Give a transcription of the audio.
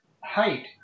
height